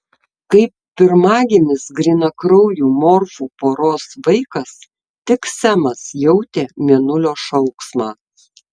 kaip pirmagimis grynakraujų morfų poros vaikas tik semas jautė mėnulio šauksmą